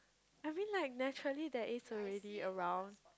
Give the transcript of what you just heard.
I mean like naturally there is already around